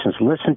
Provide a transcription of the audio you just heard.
listen